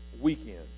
weekend